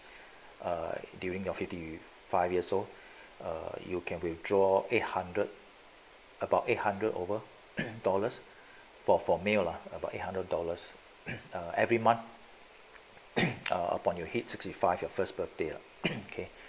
during your fifty five years old you can withdraw eight hundred about eight hundred over dollars for for male lah about eight hundred dollars every month upon you hit sixty five your first birthday lah okay